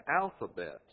alphabet